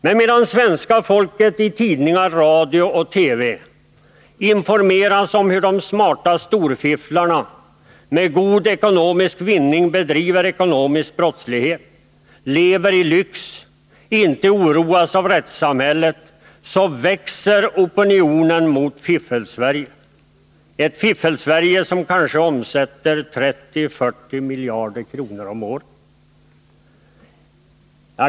Men medan svenska folket genom tidningar, radio och TV informeras om hur de smarta storfifflarna med god ekonomisk vinning bedriver ekonomisk brottslighet, lever i lyx och inte oroas av rättssamhället växer opinionen mot det Fiffelsverige, där man omsätter kanske 30-40 miljarder kronor om året.